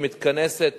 היא מתכנסת